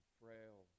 frail